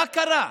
מה קרה?